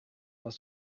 must